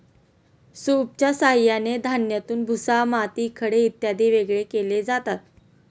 सूपच्या साहाय्याने धान्यातून भुसा, माती, खडे इत्यादी वेगळे केले जातात